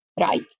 right